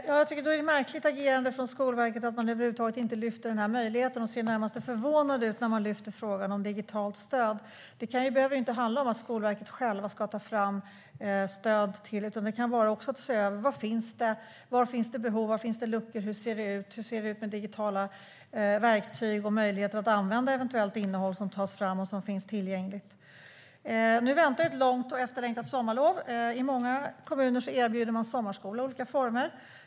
Herr talman! Då är det ett märkligt agerande från Skolverkets sida att man inte lyfter fram den här möjligheten. Man ser närmast förvånad ut när frågan om digitalt stöd tas upp. Det behöver ju inte handla om att Skolverket självt ska ta fram stöd. Det kan också handla om att se över var det finns behov och hur det ser ut med möjligheter att använda eventuellt innehåll som finns tillgängligt. Nu väntar ett långt och efterlängtat sommarlov. I många kommuner erbjuder man sommarskola i olika former.